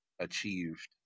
achieved